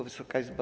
Wysoka Izbo!